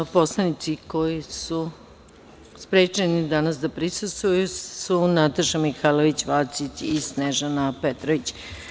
Poslanici koji su sprečeni danas da prisustvuju su Nataša Mihailović Vacić i Snežana Petrović.